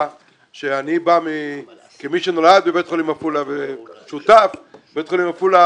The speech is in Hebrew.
- ואני כמי שנולד בבית החולים עפולה ובית החולים עפולה